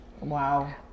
Wow